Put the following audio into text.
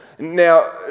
Now